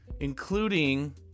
including